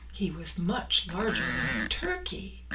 he was much larger than a turkey.